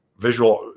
visual